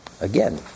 Again